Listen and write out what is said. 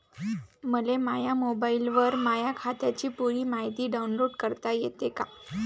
मले माह्या मोबाईलवर माह्या खात्याची पुरी मायती डाऊनलोड करता येते का?